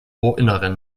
ohrinneren